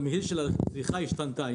התמהיל של הצריכה השתנה.